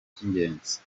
cy’ingenzi